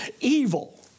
evil